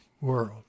world